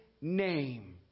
name